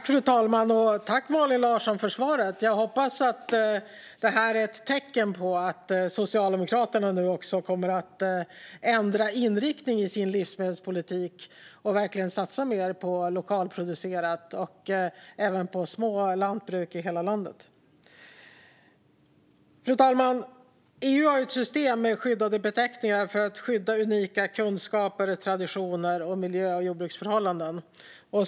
Fru talman! Tack för svaret, Malin Larsson! Jag hoppas att detta är ett tecken på att Socialdemokraterna nu kommer att ändra inriktning i sin livsmedelspolitik och verkligen satsa mer på lokalproducerat och på små lantbruk i hela landet. Fru talman! EU har ett system med skyddade beteckningar för att skydda unika kunskaper, traditioner och miljö och jordbruksförhållanden.